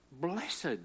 Blessed